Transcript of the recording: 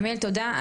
עמיאל תודה,